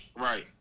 right